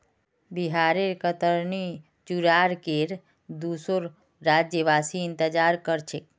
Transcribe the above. बिहारेर कतरनी चूड़ार केर दुसोर राज्यवासी इंतजार कर छेक